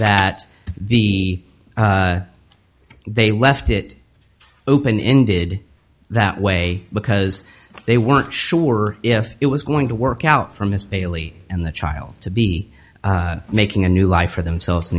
that the they left it open ended that way because they weren't sure if it was going to work out for mr bailey and the child to be making a new life for themselves in